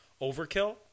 overkill